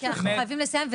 אנחנו חייבים לסיים.